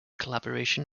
collaboration